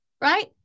right